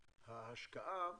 ההשקעה,